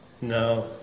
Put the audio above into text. No